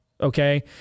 okay